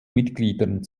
mitgliedern